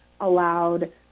allowed